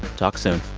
talk soon